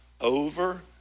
over